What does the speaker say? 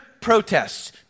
protests